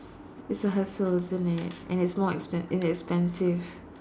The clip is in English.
is a hassle isn't it and it's more and it's expensive